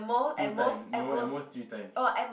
two time no at most three time